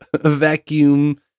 vacuum